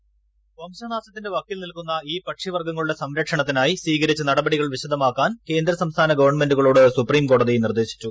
voice വംശനാശത്തിന്റെ വക്കിൽ നിൽക്കുന്ന ഈ പക്ഷി വർഗ്ഗങ്ങളുടെ സംരക്ഷണത്തിനായി സ്വീകരിച്ച നടപടികൾ വിശദമാക്കാൻ കേന്ദ്ര സംസ്ഥാന ഗവൺമെൻ്റുകളോട് സുപ്രീം കോടതി നിർദ്ദേശിച്ചു